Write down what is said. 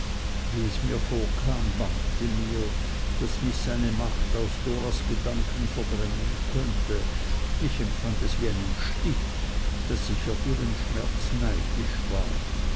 wie es mir vorkam bangte mir daß mich seine macht aus doras gedanken verdrängen könnte ich empfand es wie einen stich daß ich auf ihren schmerz neidisch war